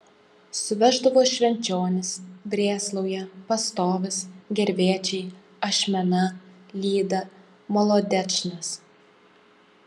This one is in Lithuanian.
suveždavo švenčionys brėslauja pastovis gervėčiai ašmena lyda molodečnas